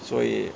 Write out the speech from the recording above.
所以